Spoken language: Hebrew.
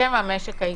בשם המשק הישראלי.